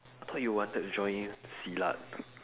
I thought you wanted to join silat